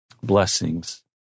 blessings